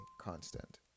constant